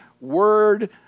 Word